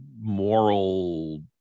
moral